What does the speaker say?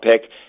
pick